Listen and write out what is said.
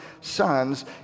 sons